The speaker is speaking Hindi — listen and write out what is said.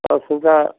और सुविधा